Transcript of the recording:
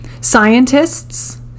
Scientists